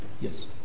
Yes